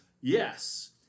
Yes